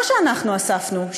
לא שאנחנו אספנו,